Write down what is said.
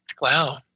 Wow